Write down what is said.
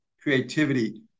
creativity